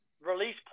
release